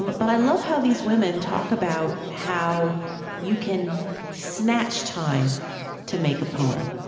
but i love how these women talk about how you can snatch time to make a poem.